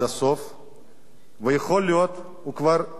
ויכול להיות שהוא כבר הגיע למסקנה,